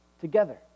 together